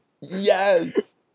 Yes